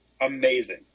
Amazing